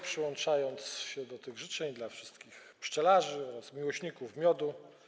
Przyłączam się do tych życzeń dla wszystkich pszczelarzy oraz miłośników miodu.